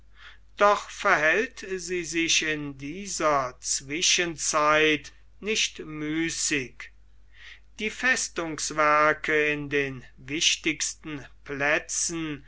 doch verhält sie sich in dieser zwischenzeit nicht müßig die festungswerke in den wichtigsten plätzen